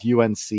UNC